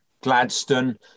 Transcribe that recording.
Gladstone